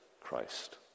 Christ